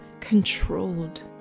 controlled